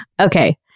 Okay